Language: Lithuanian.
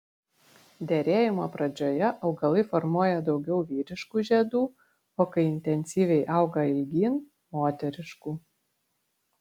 derėjimo pradžioje augalai formuoja daugiau vyriškų žiedų o kai intensyviai auga ilgyn moteriškų